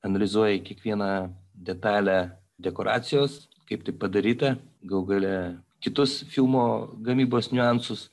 analizuoji kiekvieną detalę dekoracijos kaip tai padaryta galų gale kitus filmo gamybos niuansus